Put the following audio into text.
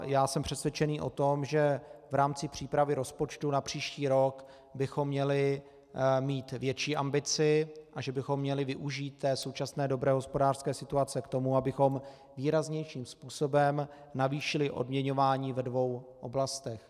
Já jsem přesvědčený o tom, že v rámci přípravy rozpočtu na příští rok bychom měli mít větší ambici a že bychom měli využít současné dobré hospodářské situace k tomu, abychom výraznějším způsobem navýšili odměňování ve dvou oblastech.